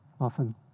Often